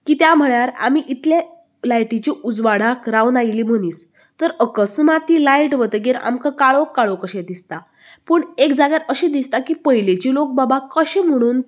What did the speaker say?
कित्या म्हळ्यार आमी इतलें लायटिची उजवाडाक रावून आयिल्ली मनीस तर अकस्मात ती लायट वतकीर आमकां काळोख काळोख अशें दिसता पूण एक जाग्यार अशें दिसता की पयलीचे लोक बाबा कशें म्हुणून